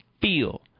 feel